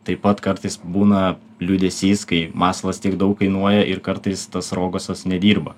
taip pat kartais būna liūdesys kai masalas tiek daug kainuoja ir kartais tas rogosiosas nedirba